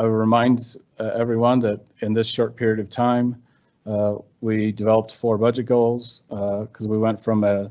ah remind everyone that in this short period of time ah we developed four budget goals because we went from ah